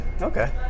Okay